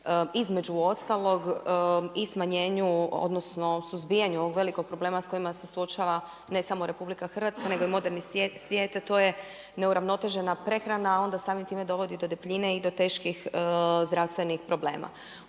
između ostalog i smanjenju odnosno suzbijanju ovog velikog problema s kojima se suočava ne samo RH nego i moderni svijet, a to je neuravnotežena prehrana, a onda samim time dovodi do debljine i do teških zdravstvenih problema.